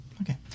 Okay